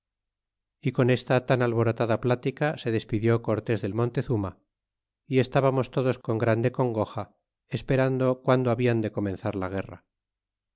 y con esta tan alborotada plática se despidió cortés del montezuma y estábamos todos con grande congoja esperando guando habian de comenzar la guerra